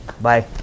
bye